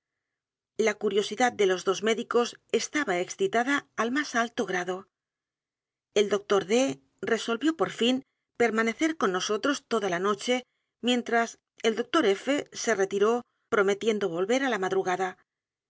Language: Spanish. la curiosidad de los dos médicos estaba excitada al más alto grado el dr d resolvió por fin permanecer con nosotros toda la noche mientras el dr f se retiró prometiendo volver á la m